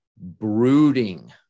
brooding